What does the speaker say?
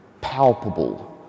palpable